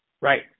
Right